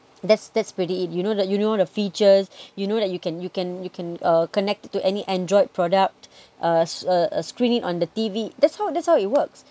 that's that's pretty it you know that you know the features you know that you can you can you can connect to any Android product uh screen it on the T_V that's how that's how it works